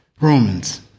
Romans